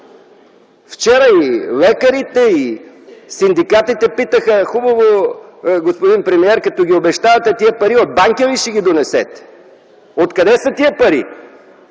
Вчера и лекарите, и синдикатите питаха: „Хубаво, господин премиер, като ги обещавате тези пари, от Банкя ли ще ги донесете? Откъде са тези пари?”